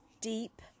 deep